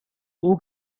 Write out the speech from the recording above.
who